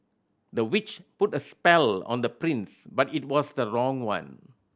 the witch put a spell on the prince but it was the wrong one